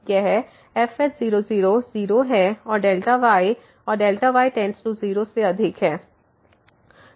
यह f0 0 0 है और y और y→0 से अधिक है